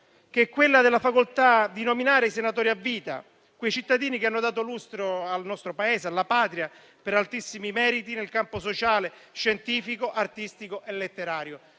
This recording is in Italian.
che è quella della facoltà di nominare i senatori a vita, quei cittadini che hanno dato lustro al nostro Paese e alla Patria per altissimi meriti nel campo sociale, scientifico, artistico e letterario.